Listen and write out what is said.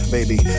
Baby